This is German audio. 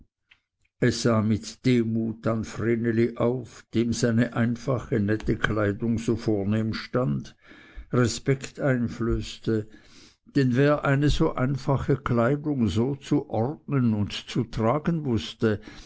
sah mit demut an vreneli auf dem seine einfache nette kleidung so vornehm stund respekt einflößte denn wer eine so einfache kleidung so zu ordnen und zu tragen wußte